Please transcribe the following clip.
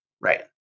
Right